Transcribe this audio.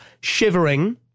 Shivering